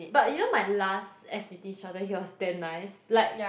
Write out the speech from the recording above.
but you know my last f_t_t instructor he was damn nice like